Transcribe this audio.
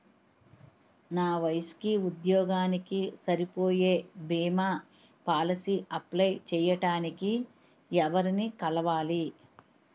నా వయసుకి, ఉద్యోగానికి సరిపోయే భీమా పోలసీ అప్లయ్ చేయటానికి ఎవరిని కలవాలి?